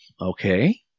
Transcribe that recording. Okay